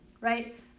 Right